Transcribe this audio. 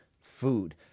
food